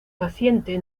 paciente